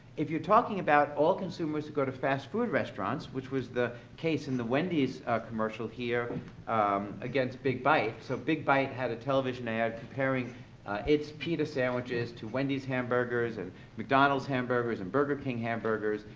if you're talking about all consumers who go to fast food restaurants, which was the case in the wendy's commercial here against big bite, so big bite had a television ad comparing its pita sandwiches to wendy's hamburgers and mcdonald's hamburgers and burger king hamburgers,